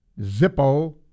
Zippo